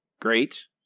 great